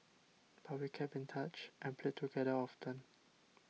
but we kept in touch and played together often